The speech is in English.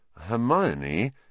Hermione—